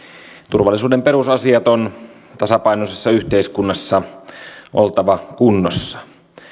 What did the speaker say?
turvallisuuden perusasioiden on tasapainoisessa yhteiskunnassa oltava kunnossa